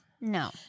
No